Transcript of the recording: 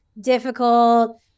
difficult